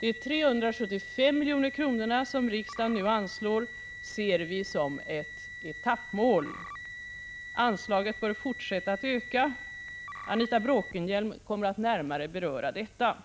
De 375 milj.kr. som riksdagen nu anslår ser vi som ett etappmål. Anslaget bör fortsätta att öka. Anita Bråkenhielm kommer att närmare beröra detta.